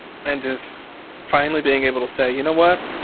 and just finally being able to say, you know what?